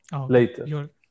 later